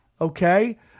Okay